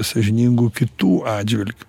sąžiningu kitų atžvilgiu